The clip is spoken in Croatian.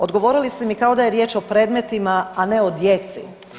Odgovorili ste mi kao da je riječ o predmetima, a ne o djeci.